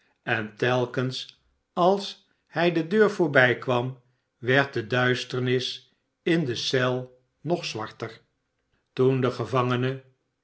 en telkens als hij de deur voorbijkwam werd de duisternis in de eel nog zwarter toen de gevangene